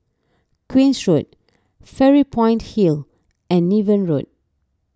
Queen's Road Fairy Point Hill and Niven Road